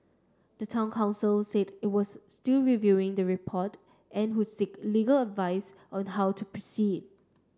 the town council said it was still reviewing the report and would seek legal advice on how to proceed